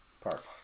park